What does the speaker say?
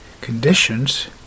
conditions